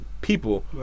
people